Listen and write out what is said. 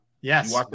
Yes